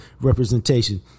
representation